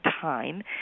time